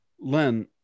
Len